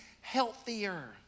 healthier